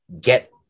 get